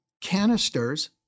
canisters